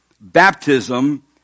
baptism